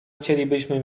chcielibyśmy